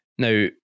Now